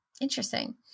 interesting